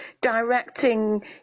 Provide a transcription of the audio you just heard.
directing